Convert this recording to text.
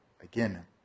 again